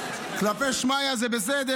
כלפי שמיא זה בסדר.